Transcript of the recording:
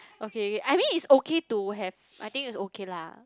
okay I think it's okay to have I think it's okay lah